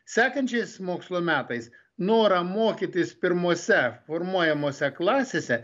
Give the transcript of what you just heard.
sekančiais mokslo metais norą mokytis pirmose formuojamose klasėse